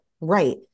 right